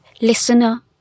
listener